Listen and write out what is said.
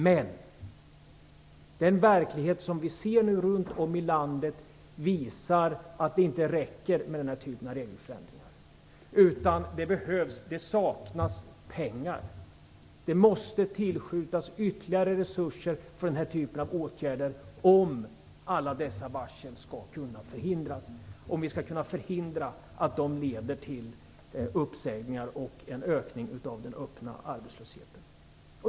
Men verkligheten runt om i landet visar att det dock inte räcker med den här typen av regelförändringar. Det saknas emellertid pengar. Ytterligare resurser måste nämligen tillskjutas för den här typen av åtgärder för att vi skall kunna förhindra att alla varslen leder till uppsägningar och en ökning av den öppna arbetslösheten.